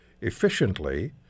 efficiently